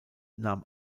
nahm